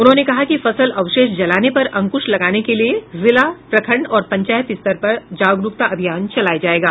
उन्होंने कहा कि फसल अवशेष जलाने पर अंकुश लगाने के लिए जिला प्रखंड और पंचायत स्तर पर जागरूकता अभियान चलाया जायेगा